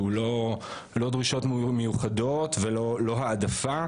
לא דרישות מיוחדות ולא העדפה,